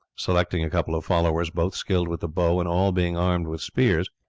selecting a couple of followers, both skilled with the bow, and all being armed with spears,